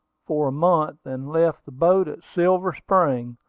for a month, and left the boat at silver spring,